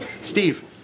Steve